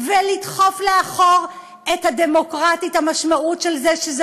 ולדחוף לאחור את ה"דמוקרטית" המשמעות של זה היא שזה